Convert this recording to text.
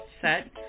set